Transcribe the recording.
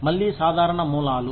మళ్ళీ సాధారణ మూలాలు